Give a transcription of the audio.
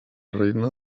reina